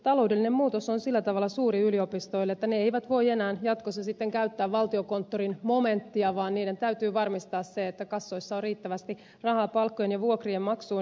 taloudellinen muutos on sillä tavalla suuri yliopistoille että ne eivät voi enää jatkossa sitten käyttää valtiokonttorin momenttia vaan niiden täytyy varmistaa se että kassoissa on riittävästi rahaa palkkojen ja vuokrien maksuun